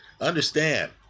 understand